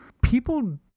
People